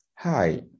Hi